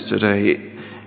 today